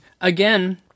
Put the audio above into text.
again